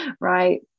right